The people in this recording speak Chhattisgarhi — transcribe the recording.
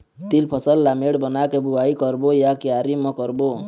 तील फसल ला मेड़ बना के बुआई करबो या क्यारी म करबो?